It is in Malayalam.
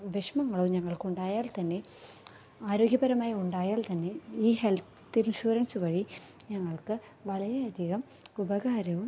വിഷമങ്ങൾ ഞങ്ങൾക്കുണ്ടായാൽത്തന്നെ ആരോഗ്യപരമായി ഉണ്ടായാൽത്തന്നെ ഈ ഹെൽത് ഇൻഷുറൻസ് വഴി ഞങ്ങൾക്ക് വളരെയധികം ഉപകാരവും